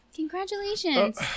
Congratulations